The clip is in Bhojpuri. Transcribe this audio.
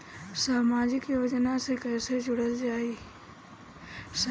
समाजिक योजना से कैसे जुड़ल जाइ?